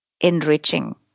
enriching